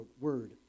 word